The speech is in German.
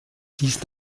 dies